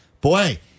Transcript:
boy